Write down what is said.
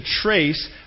trace